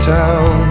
town